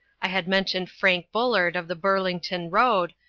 i had mentioned frank bullard of the burlington road,